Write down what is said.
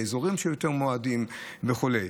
באזורים מועדים יותר וכו'.